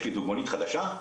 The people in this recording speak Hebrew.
יש לי דוגמנית חדשה,